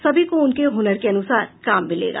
सभी को उनके हनर के अनुसार काम मिलेगा